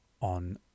on